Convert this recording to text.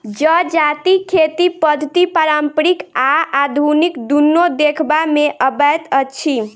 जजातिक खेती पद्धति पारंपरिक आ आधुनिक दुनू देखबा मे अबैत अछि